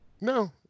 No